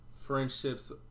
Friendships